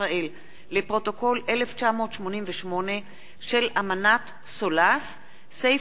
ישראל לפרוטוקול 1988 של אמנת סולא"ס,